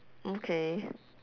mm K